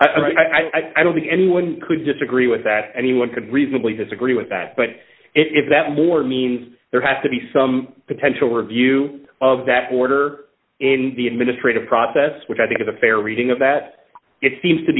more i don't think anyone could disagree with that anyone could reasonably disagree with that but if that more means there has to be some potential review of that order in the administrative process which i think is a fair reading of that it seems to